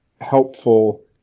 helpful